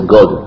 God